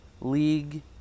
League